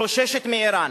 חוששת מאירן.